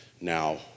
now